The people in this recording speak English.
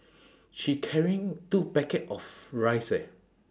she carrying two packet of rice eh